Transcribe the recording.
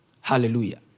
Hallelujah